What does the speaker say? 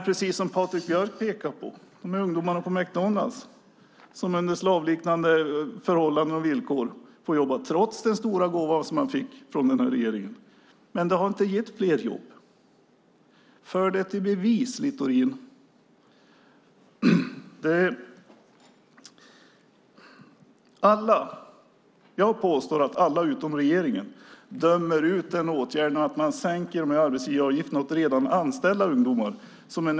Patrik Björck pekade på ungdomarna på McDonalds som får jobba under slavliknande förhållanden och villkor trots den stora gåva som man har fått från regeringen. Den har inte gett fler jobb. För till bevis, Littorin. Jag påstår att alla utom regeringen dömer ut åtgärden att sänka arbetsgivaravgifterna åt redan anställda ungdomar.